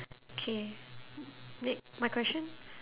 K next my question